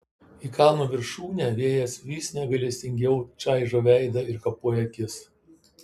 į kalno viršūnę vėjas vis negailestingiau čaižo veidą ir kapoja akis